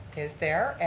is there,